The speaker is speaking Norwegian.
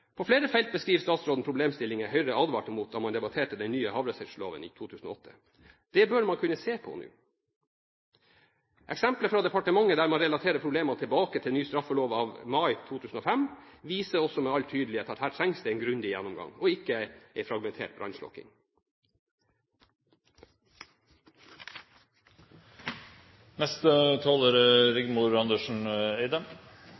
På flere felt beskriver statsråden problemstillinger Høyre advarte mot da man debatterte den nye havressursloven i 2008. Det bør man kunne se på nå. Eksemplet fra departementet, der man relaterer problemene tilbake til ny straffelov av 20. mai 2005, viser også med all tydelighet at her trengs det en grundig gjennomgang, ikke en fragmentert brannslukking. I fiskerinæringen snakker vi om store verdier. Fisk er